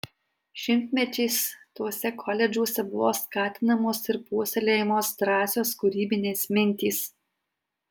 šimtmečiais tuose koledžuose buvo skatinamos ir puoselėjamos drąsios kūrybinės mintys